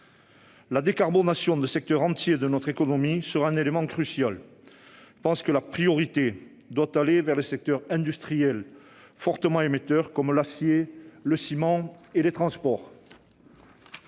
La décarbonation de secteurs entiers de notre économie sera un élément crucial, et la priorité doit donc selon moi aller vers les secteurs industriels fortement émetteurs, comme l'acier, le ciment et les transports.